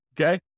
Okay